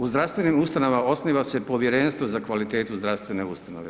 U zdravstvenim ustanovama osniva se povjerenstvo za kvalitetu zdravstvene ustanove.